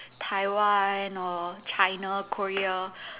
Taiwan or China Korea